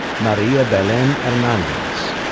maria belen hernandez.